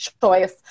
choice